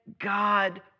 God